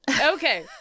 Okay